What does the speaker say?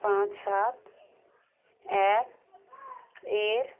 পাঁচ সাত এক এর